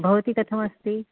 भवती कथमस्ति